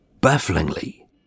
Bafflingly